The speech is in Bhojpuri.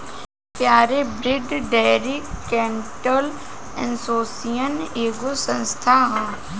pure breed dairy cattle association एगो संस्था ह